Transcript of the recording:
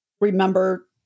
remember